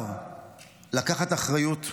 בעיקר לקחת אחריות,